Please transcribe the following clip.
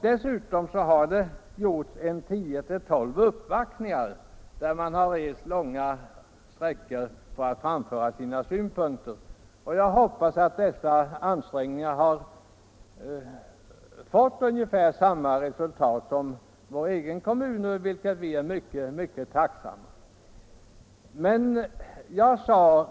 Dessutom har det gjorts 10-12 uppvaktningar, då man rest långa sträckor för att framföra sina synpunkter. Jag hoppas dessa ansträngningar har fått ungefär samma resultat i andra kommuner som i min kommun, där vi är mycket tacksamma över vad vi uppnått.